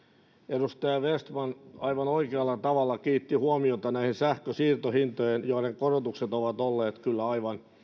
edustaja vestman aivan oikealla tavalla kiinnitti huomiota näihin sähkönsiirtohintoihin joiden korotukset ovat olleet kyllä aivan